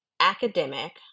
academic